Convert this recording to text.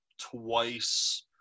twice